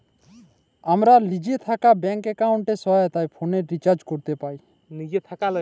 আমরা লিজে থ্যাকে ব্যাংক এক্কাউন্টের সহায়তায় ফোলের রিচাজ ক্যরতে পাই